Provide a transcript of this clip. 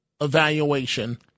evaluation